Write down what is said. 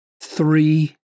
three